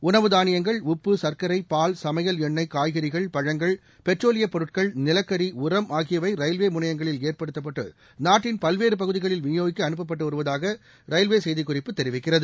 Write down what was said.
உணவு தானியங்கள் உப்பு சர்க்கரை பால் சமையல் எண்ணெய் காய்கறிகள் பழங்கள் பெட்ரோலியப் பொருட்கள் நிலக்கரி உரம் ஆகியவை ரயில்வே முனையங்களில் ஏற்றப்பட்டு நாட்டின் பல்வேறு பகுதிகளில் வினியோகிக்க அனுப்பப்பட்டு வருவதாக ரயில்வே செய்திக் குறிப்பு தெரிவிக்கிறது